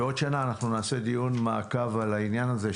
בעוד שנה אנחנו נעשה דיון מעקב בעניין הזה.